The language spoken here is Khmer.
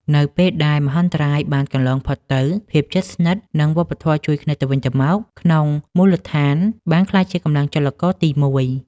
នៅពេលដែលមហន្តរាយបានកន្លងផុតទៅ ភាពជិតស្និទ្ធ និងវប្បធម៌ជួយគ្នាទៅវិញទៅមកក្នុងមូលដ្ឋាន បានក្លាយជាកម្លាំងចលករទីមួយ។